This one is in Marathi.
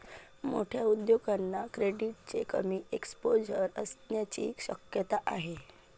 मोठ्या उद्योगांना क्रेडिटचे कमी एक्सपोजर असण्याची शक्यता आहे